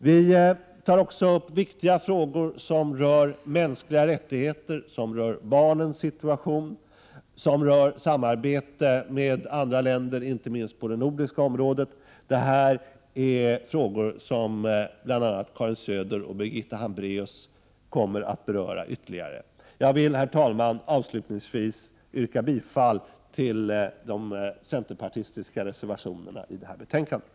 Vi tar också upp viktiga frågor som rör mänskliga rättigheter, barnens situation, samarbete med andra länder, inte minst på det nordiska området. Det här är frågor som bl.a. Karin Söder och Birgitta Hambraeus kommer att beröra ytterligare. Jag vill, herr talman, avslutningsvis yrka bifall till de centerpartistiska reservationer som fogats till betänkandet.